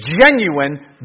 genuine